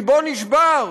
לבו נשבר.